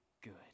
good